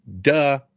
Duh